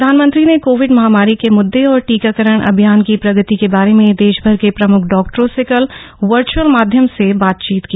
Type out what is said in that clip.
प्रधानमंत्री ने कोविड महामारी के मुद्दे और टीकाकरण अभियान की प्रगति के बारे में देशभर के प्रम्ख डॉक्टरों से कल वर्च्अल माध्यम से बातचीत की